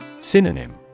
Synonym